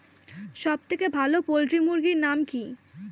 সবথেকে ভালো পোল্ট্রি মুরগির নাম কি?